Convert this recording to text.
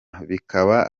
bikaba